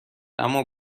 اما